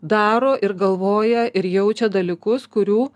daro ir galvoja ir jaučia dalykus kurių